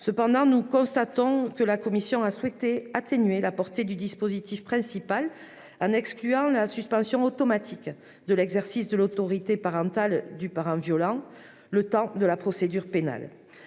Cependant, nous regrettons que la commission ait souhaité atténuer la portée du dispositif principal en excluant la suspension automatique de l'exercice de l'autorité parentale du parent violent le temps de la procédure pénale.